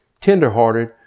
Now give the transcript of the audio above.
tenderhearted